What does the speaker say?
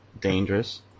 dangerous